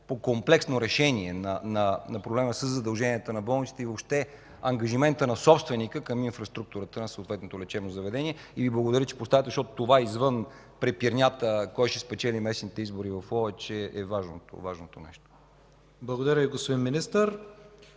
по комплексно решение на проблема със задълженията на болниците и въобще ангажимента на собственика към инфраструктурата на съответното лечебно заведение. Благодаря Ви, че поставяте това, защото е извън препирнята кой ще спечели местните избори в Ловеч и то е важното нещо. ПРЕДСЕДАТЕЛ ИВАН К.